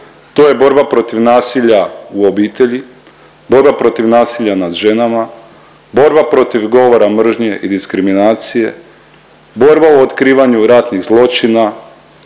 to je borba protiv nasilja u obitelji, borba protiv nasilja nad ženama, borba protiv govora mržnje i diskriminacije, borba u otkrivanju ratnih zločina,